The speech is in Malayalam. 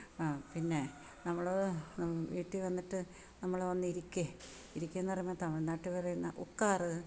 ആ പിന്നെ നമ്മൾ വീട്ടിൽ വന്നിട്ട് നമ്മളൊന്നിരിക്കൂ ഇരിക്കെന്നു പറയുമ്പം തമിഴ്നാട്ടിൽ പറയുന്നത് ഒക്കാറ്